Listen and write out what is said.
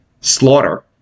Slaughter